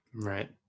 Right